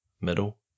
middle